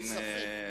בלי ספק.